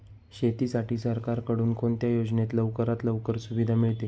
शेतीसाठी सरकारकडून कोणत्या योजनेत लवकरात लवकर सुविधा मिळते?